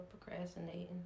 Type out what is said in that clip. procrastinating